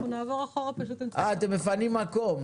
בואו נמשיך.